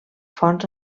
fonts